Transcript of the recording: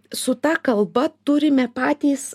su ta kalba turime patys